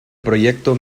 proyecto